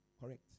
correct